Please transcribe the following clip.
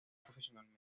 profesionalmente